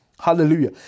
Hallelujah